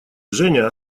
женя